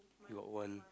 got one